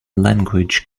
language